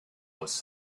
was